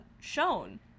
shown